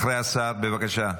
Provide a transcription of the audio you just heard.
בבקשה,